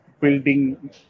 building